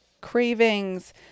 cravings